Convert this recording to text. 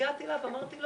הגעתי אליו ואמרתי: